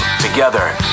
Together